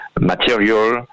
material